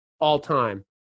all-time